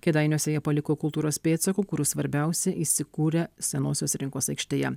kėdainiuose jie paliko kultūros pėdsakų kurių svarbiausi įsikūrė senosios rinkos aikštėje